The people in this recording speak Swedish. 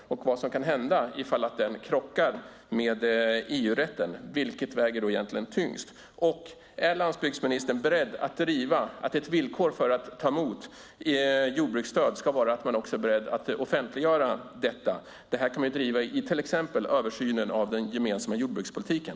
Och vad kan hända om den krockar med EU-rätten - vilket väger tyngst? Är landsbygdsministern beredd att driva att ett villkor för att ta emot jordbruksstöd ska vara att man också är beredd att offentliggöra detta? Det kan man till exempel driva i översynen av den gemensamma jordbrukspolitiken.